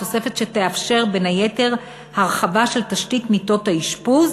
תוספת שתאפשר בין היתר הרחבה של תשתית מיטות האשפוז,